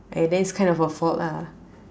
!aiya! then it's kind of her fault lah